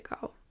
go